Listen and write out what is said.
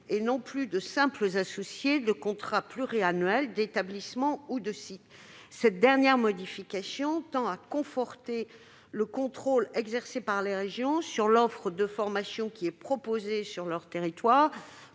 et non plus de simples associées, des contrats pluriannuels d'établissement ou de site. Cette dernière modification tend à conforter le contrôle exercé par les régions sur l'offre de formation proposée sur leur territoire